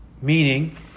meaning